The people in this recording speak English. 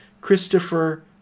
Christopher